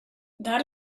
that